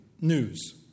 news